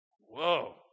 Whoa